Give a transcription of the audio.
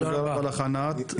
תודה רבה לך, ענת.